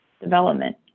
development